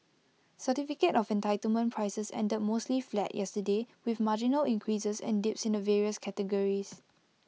certificate of entitlement prices ended mostly flat yesterday with marginal increases and dips in the various categories